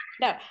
No